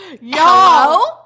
Y'all